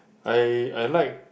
I I like